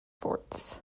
forts